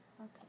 Okay